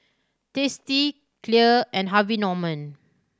Tasty Clear and Harvey Norman